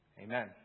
Amen